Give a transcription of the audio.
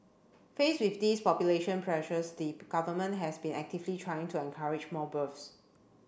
faced with these population pressures the Government has been actively trying to encourage more births